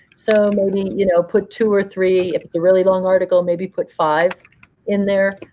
so maybe you know put two or three. if it's a really long article, maybe put five in there.